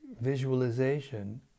visualization